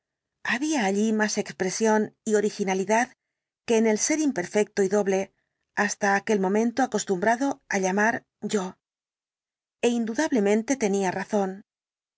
había allí más expresión y originalidad que en el ser imperfecto y doble hasta aquel momento acostumbrado á llamar yo é indudablemente tenía razón